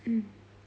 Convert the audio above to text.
mm